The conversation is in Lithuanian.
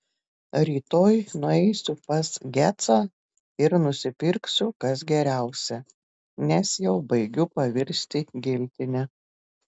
rytoj nueisiu pas gecą ir nusipirksiu kas geriausia nes jau baigiu pavirsti giltine